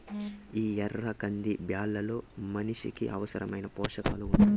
ఈ ఎర్ర కంది బ్యాళ్ళలో మనిషికి అవసరమైన పోషకాలు ఉంటాయి